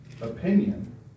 opinion